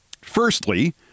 firstly